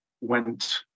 went